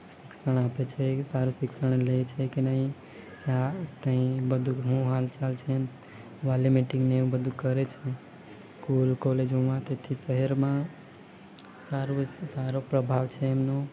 શિક્ષણ આપે છે એ સારું શિક્ષણ લે છે કે નહીં કે આ અહીં બધું હું હાલચાલ છે વાલી મિટિંગને એવું બધું કરે છે સ્કૂલ કોલેજોમાં તેથી શહેરોમાં સાર્વ સારો પ્રભાવ છે એમનો